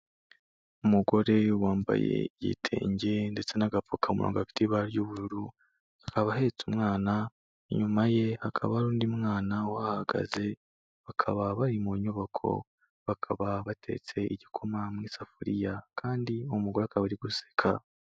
Umugore wambaye igitenge ndetse n'agapfukamunwa gafite ibara ry'ubururu, akaba ahetse umwana, inyuma ye hakaba hari undi mwana uhahagaze, bakaba bari mu nyubako, bakaba batetse igikoma mu isafuriya kandi umugore akaba ari guseka.